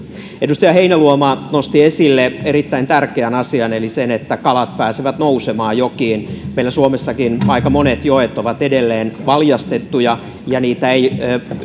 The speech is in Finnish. edustaja heinäluoma nosti esille erittäin tärkeän asian eli sen että kalat pääsevät nousemaan jokiin meillä suomessakin aika monet joet ovat edelleen valjastettuja